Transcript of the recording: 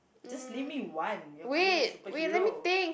just leave me one your favourite superhero